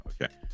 Okay